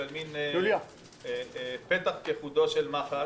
אלא מין פתח כחודה של מחט.